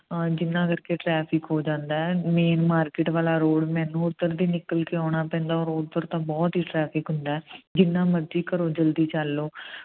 ਹਾਂ ਜਿੰਨਾ ਕਰਕੇ ਟਰੈਫਿਕ ਹੋ ਜਾਂਦਾ ਮੇਨ ਮਾਰਕੀਟ ਵਾਲਾ ਰੋਡ ਮੈਨੂੰ ਉਧਰ ਦੀ ਨਿਕਲ ਕੇ ਆਉਣਾ ਪੈਂਦਾ ਔਰ ਉਧਰ ਤਾਂ ਬਹੁਤ ਹੀ ਟਰੈਫਿਕ ਹੁੰਦਾ ਜਿੰਨਾ ਮਰਜ਼ੀ ਘਰੋਂ ਜਲਦੀ ਚੱਲ ਲਓ